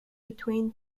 between